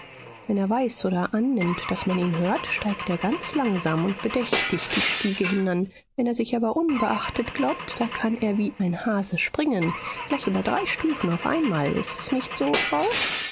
wenn er weiß oder annimmt daß man ihn hört steigt er ganz langsam und bedächtig die stiege hinan wenn er sich aber unbeachtet glaubt da kann er wie ein hase springen gleich über drei stufen auf einmal ist's nicht so frau